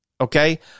Okay